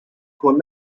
phone